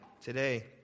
today